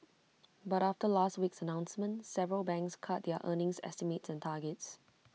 but after last week's announcement several banks cut their earnings estimates and targets